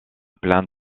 plein